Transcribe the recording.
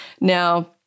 Now